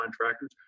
contractors